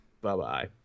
Bye-bye